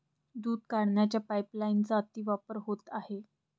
दूध काढण्याच्या पाइपलाइनचा अतिवापर होत आहे